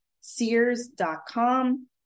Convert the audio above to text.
Sears.com